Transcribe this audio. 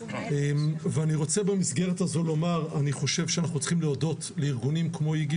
אנחנו צריכים להודות לארגונים כמו איג"י